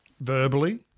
Verbally